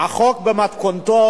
החוק במתכונתו